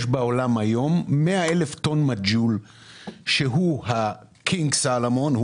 בעולם יש היום 100,000 טון מג'הול שהוא ה-King Salomon,